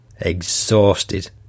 exhausted